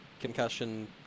concussion